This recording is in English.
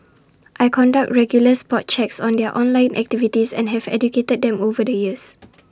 I conduct regular spot checks on their online activities and have educated them over the years